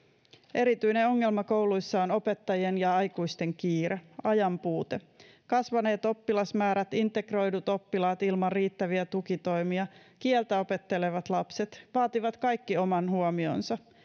erityinen ongelma kouluissa on opettajien ja aikuisten kiire ajanpuute kasvaneet oppilasmäärät integroidut oppilaat ilman riittäviä tukitoimia ja kieltä opettelevat lapset vaativat kaikki oman huomionsa